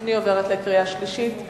אני עוברת לקריאה שלישית.